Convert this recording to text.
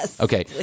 Okay